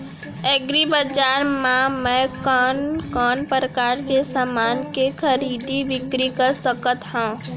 एग्रीबजार मा मैं कोन कोन परकार के समान के खरीदी बिक्री कर सकत हव?